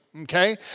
okay